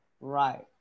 Right